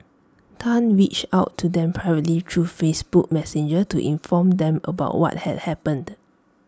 Tan reached out to them privately through Facebook Messenger to inform them about what had happened